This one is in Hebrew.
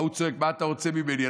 ההוא צועק: מה אתה רוצה ממני.